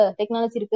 technology